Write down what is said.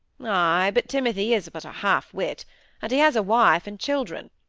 ay! but timothy is but a half-wit and he has a wife and children.